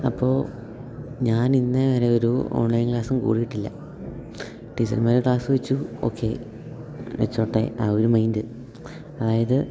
അപ്പോൾ ഞാനിന്നുവരെ ഒരു ഓൺലൈൻ ക്ലാസ്സും കൂടിയിട്ടില്ല ടീച്ചർമാർ ക്ലാസ്സ് വെച്ചു ഓക്കെ വെച്ചോട്ടെ ആ ഒരു മൈൻഡ് അതായത്